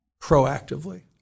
proactively